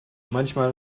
manchmal